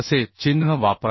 असे चिन्ह वापरा